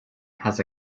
has